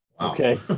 okay